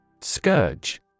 Scourge